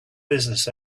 business